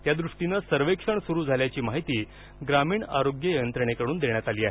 त्यादृष्टीनं सर्वेक्षण सुरु झाल्याची माहिती ग्रामीण आरोग्य यंत्रणेकडून देण्यात आली आहे